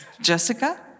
Jessica